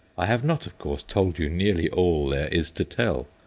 i have not, of course, told you nearly all there is to tell,